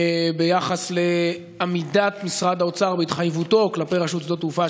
ביחס לעמידת משרד האוצר בהתחייבותו כלפי רשות שדות התעופה,